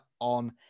on